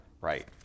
Right